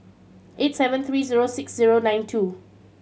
eight seven three zero six zero nine two